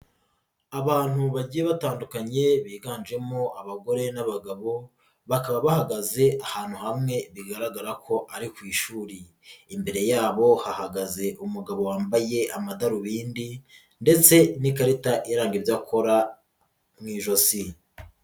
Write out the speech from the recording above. Abantu bagiye batandukanye biganjemo abagore n'abagabo bakaba bahagaze ahantu hamwe bigaragara ko ari ku ishuri, imbere yabo hahagaze umugabo wambaye amadarubindi ndetse n'ikarita iranga ibyo akora mu ijosi.